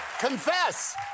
confess